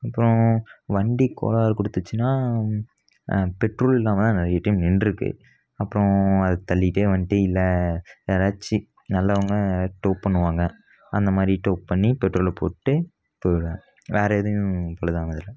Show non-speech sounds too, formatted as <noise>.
அப்புறம் வண்டி கோளாறு கொடுத்துச்சுன்னா பெட்ரோல் இல்லாமெலாம் நிறைய டைம் நின்றுருக்கு அப்புறம் அது தள்ளிகிட்டே வண்ட்டு இல்லை யாராச்சு நல்லவங்க டோ பண்ணுவாங்க அந்தமாதிரி டோ பண்ணி பெட்ரோலை போட்டு போவேன் வேறு எதையும் <unintelligible>